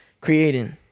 creating